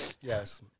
Yes